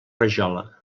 rajola